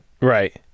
Right